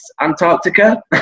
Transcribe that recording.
Antarctica